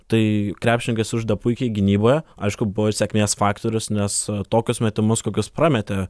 tai krepšininkai sužaidė puikiai gynyboje aišku buvo ir sėkmės faktorius nes tokius metimus kokius prametė